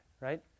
right